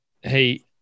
hey